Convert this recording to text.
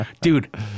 Dude